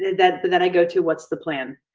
then but then i go to what's the plan?